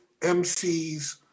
MCs